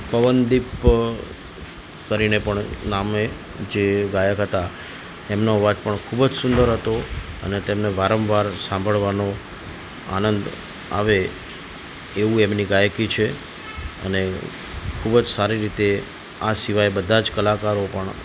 પવનદીપ કરીને પણ નામે જે ગાયક હતા તેમનો અવાજ પણ ખૂબ જ સુંદર હતો અને તેમને વારંવાર સાંભળવાનો આનંદ આવે એવું એમની ગાયકી છે અને ખૂબ જ સારી રીતે આ સિવાય બધા જ કલાકારો પણ